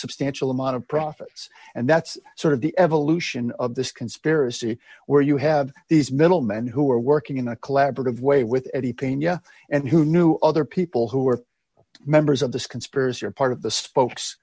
substantial amount of profits and that's sort of the evolution of this conspiracy where you have these middlemen who are working in a collaborative way with eddie pena and who knew other people who are members of this conspiracy are part of the spokes